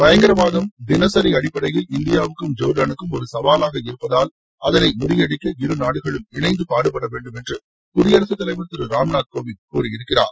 பயங்கரவாதம் தினசரி அடிப்படையில் இந்தியாவுக்கும் ஜோர்டானுக்கும் ஒரு சவாலாக இருப்பதால் அதனை முறியடிக்க இருநாடுகளும் இணைந்து பாடுபட வேண்டும் என்று குடியரசுத்தலைவர் திரு ராம்நாத் கோவிந்த் கூறியிருக்கிறார்